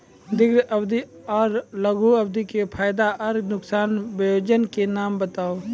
दीर्घ अवधि आर लघु अवधि के फायदा आर नुकसान? वयोजना के नाम बताऊ?